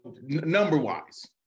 number-wise